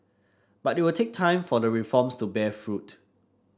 but it will take time for the reforms to bear fruit